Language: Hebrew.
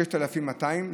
6,200,